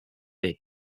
hiv